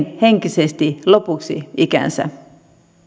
henkisesti lopuksi ikäänsä